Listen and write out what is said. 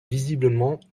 visiblement